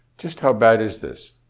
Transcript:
just how bad is this?